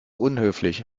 unhöflich